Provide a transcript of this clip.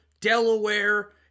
Delaware